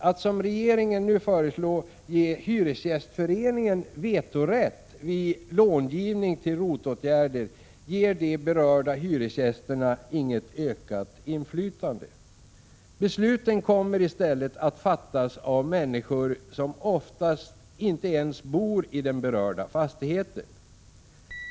Att som regeringen nu föreslår ge Hyresgästföreningen vetorätt vid långivningen till ROT-åtgärder ger de inte de berörda hyresgästerna något ökat inflytande. Besluten kommer i stället att fattas av människor som oftast inte ens bor i den berörda fastigheten.